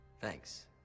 Thanks